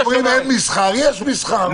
אומרים אין מסחר יש מסחר.